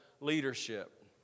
leadership